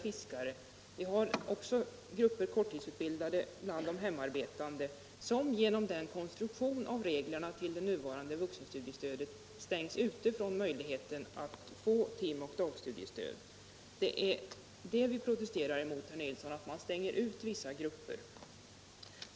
Vi har också grupper av korttidsutbildade bland de hemarbetande, som genom konstruktionen av reglerna för vuxenstudiestödet stängs ute från möjligheten att få timoch dagstudiestöd. Det vi protesterar emot, herr Nilsson i Kristianstad, är att vissa grupper utestängs.